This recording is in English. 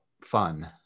fun